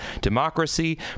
democracy